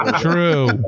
true